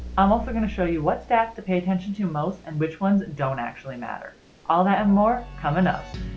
i'm also going to show you what stats to pay attention to most, and which ones don't actually matter. all that and more coming up!